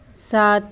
ਸੱਤ